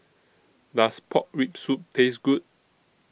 Does Pork Rib Soup Taste Good